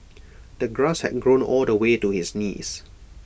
the grass had grown all the way to his knees